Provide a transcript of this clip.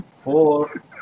Four